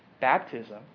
Baptism